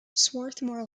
swarthmore